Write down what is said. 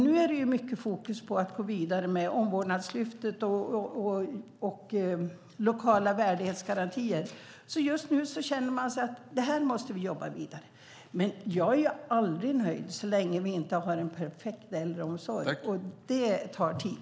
Nu är det mycket fokus på att gå vidare med Omvårdnadslyftet och lokala värdighetsgarantier, så just nu känner man att man måste jobba vidare med det. Men jag är aldrig nöjd så länge vi inte har en perfekt äldreomsorg, och det tar tid.